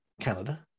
Canada